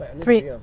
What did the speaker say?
three